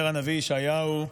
אומר הנביא ישעיהו: